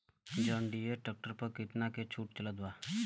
जंडियर tractor पर कितना के छूट चलत बा?